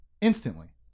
instantly